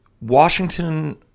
Washington